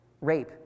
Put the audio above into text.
rape